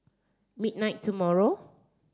midnight tomorrow